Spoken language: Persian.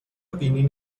بینی